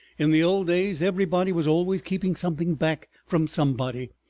in the old days everybody was always keeping something back from somebody,